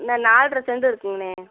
நா நால்ரை செண்டு இருக்குதுங்கண்ணே